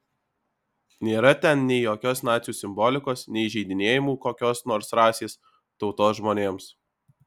nėra ten nei jokios nacių simbolikos nei įžeidinėjimų kokios nors rasės tautos žmonėms